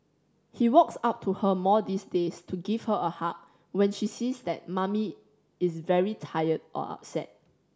he walks up to her more these days to give her a hug when he sees that Mummy is very tired or upset